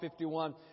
51